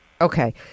Okay